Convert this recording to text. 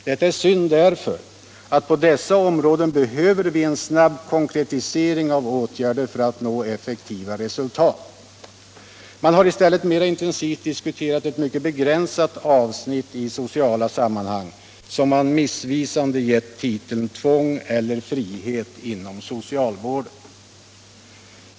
Detta är synd, eftersom vi på dessa områden behöver en snabb konkretisering av åtgärder för att nå effektiva resultat. Man har i stället mera intensivt diskuterat ett mycket begränsat avsnitt i sociala sammanhang, som man missvisande gett titeln Tvång eller frihet inom socialvården.